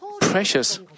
precious